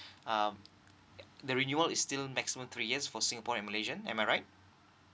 um the renewal is still next maximum three years for singaporean and malaysian am I right